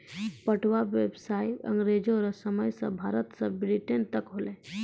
पटुआ व्यसाय अँग्रेजो रो समय से भारत से ब्रिटेन तक होलै